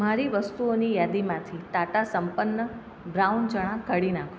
મારી વસ્તુઓની યાદીમાંથી ટાટા સંપન્ન બ્રાઉન ચણા કાઢી નાખો